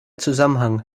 zusammenhang